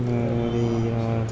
અરે યાર